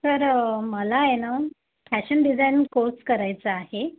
sir मला आहे ना फॅशन डिझायनिंग कोर्स करायचा आहे